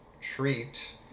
Treat